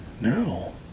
no